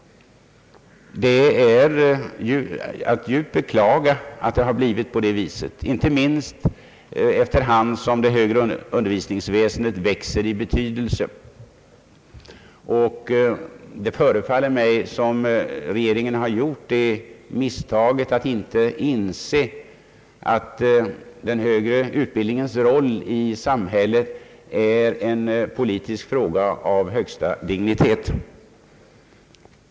Det är att djupt beklaga att det blivit på det sättet, inte minst med tanke på att det högre undervisningsväsendet efter hand växer i betydelse. Det förefaller mig som om regeringen gjort misstaget att inte inse att den högre utbildningens roll i samhället är en fråga av högsta politiska dignitet.